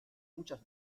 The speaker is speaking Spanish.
muchas